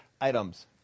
items